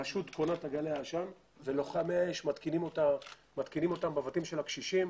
הרשות קונה את גלאי העשן ולוחמי האש מתקינים אותם בבתים של הקשישים.